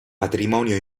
patrimonio